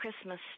Christmas